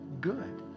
good